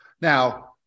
Now